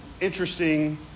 interesting